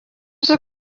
uzi